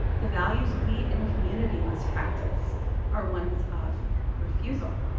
the values we in community must practice are ones of refusal.